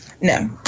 no